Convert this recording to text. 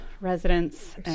residents